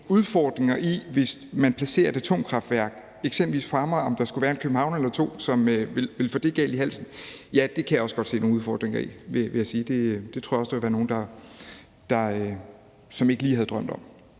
udfordringer i, at man placerer et atomkraftværk eksempelvis på Amager, altså om der skulle være en københavner eller to, som ville få det galt i halsen? Jo, det kan jeg også godt se nogle udfordringer i, vil jeg sige. Det tror jeg også der vil være nogen som ikke lige havde drømt om.